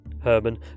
Herman